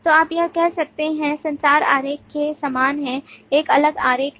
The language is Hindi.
तो आप यह कर सकते हैं संचार आरेख के समान है एक अलग आरेख नहीं